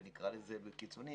שנקרא לזה בקיצוני,